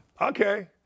Okay